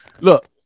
Look